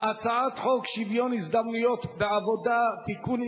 הצעת חוק שוויון ההזדמנויות בעבודה (תיקון,